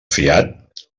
fiat